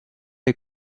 est